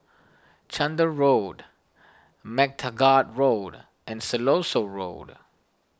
Chander Road MacTaggart Road and Siloso Road